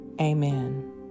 Amen